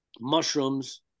mushrooms